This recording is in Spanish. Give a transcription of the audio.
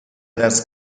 das